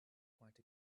quite